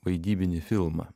vaidybinį filmą